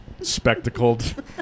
spectacled